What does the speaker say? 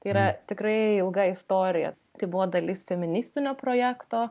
tai yra tikrai ilga istorija tai buvo dalis feministinio projekto